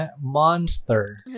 monster